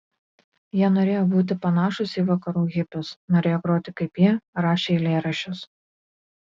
jie norėjo būti panašūs į vakarų hipius norėjo groti kaip jie rašė eilėraščius